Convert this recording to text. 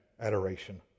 adoration